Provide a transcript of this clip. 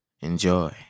enjoy